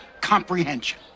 comprehension